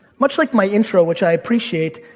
much like my intro which i appreciate.